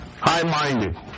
High-minded